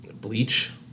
Bleach